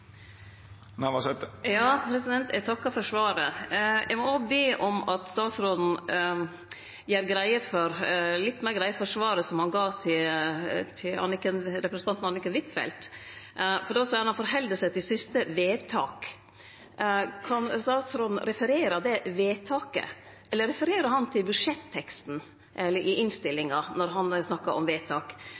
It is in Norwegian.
Navarsete – til oppfølgingsspørsmål. Eg takkar for svaret. Eg må òg be om at statsråden gjer litt meir greie for svaret han gav til representanten Anniken Huitfeldt. Han sa at han held seg til siste vedtak. Kan statsråden referere det vedtaket, eller refererer han til budsjetteksten eller innstillinga når han snakkar om vedtak?